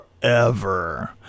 forever